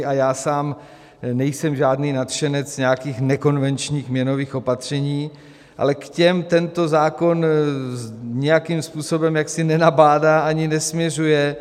A já sám nejsem žádný nadšenec nějakých nekonvenčních měnových opatření, ale k těm tento zákon nijakým způsobem nenabádá ani nesměřuje.